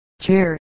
chair